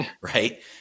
right